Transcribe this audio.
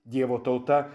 dievo tauta